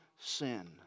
sin